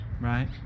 Right